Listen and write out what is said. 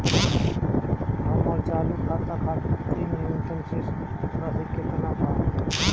हमर चालू खाता खातिर न्यूनतम शेष राशि केतना बा?